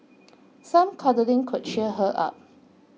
some cuddling could cheer her up